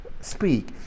speak